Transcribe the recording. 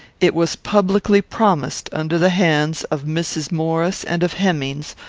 it was publicly promised under the hands of mrs. maurice and of hemmings,